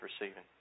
receiving